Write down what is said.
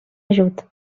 ajut